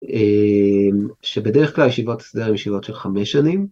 שבדרך כלל ישיבות הסדר הן ישיבות של חמש שנים.